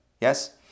Yes